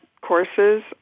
courses